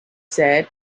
said